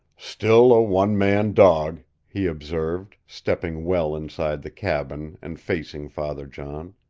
still a one-man dog, he observed, stepping well inside the cabin, and facing father john.